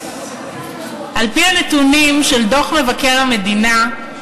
על-פי הנתונים של דוח מבקר המדינה,